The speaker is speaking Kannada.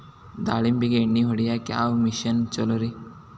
ದಾಳಿಂಬಿಗೆ ಎಣ್ಣಿ ಹೊಡಿಯಾಕ ಯಾವ ಮಿಷನ್ ಛಲೋರಿ?